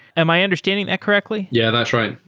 am i understanding that correctly? yeah, that's right.